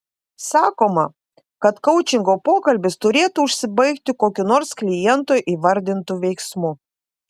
sakoma kad koučingo pokalbis turėtų užsibaigti kokiu nors kliento įvardintu veiksmu